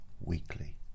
Weekly